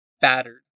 battered